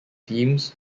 teams